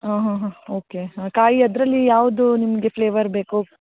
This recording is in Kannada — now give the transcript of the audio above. ಹಾಂ ಹಾಂ ಹಾಂ ಓಕೆ ಕಾಯಿ ಅದರಲ್ಲಿ ಯಾವುದು ನಿಮಗೆ ಫ್ಲೇವರ್ ಬೇಕು